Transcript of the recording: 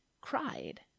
cried